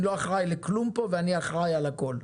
אני לא אחראי לכלום פה, ואני אחראי על הכול.